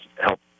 Help